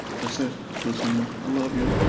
to say to someone, i love you.